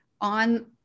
on